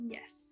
Yes